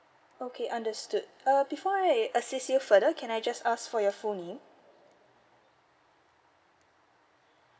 okay understood uh before I assist you further can I just ask for your full name